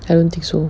I don't think so